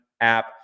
app